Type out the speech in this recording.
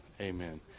Amen